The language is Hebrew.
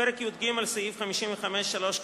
פרק י"ג, סעיף 55(3)